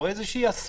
או איזה הסמכה,